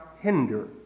hinder